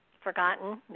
forgotten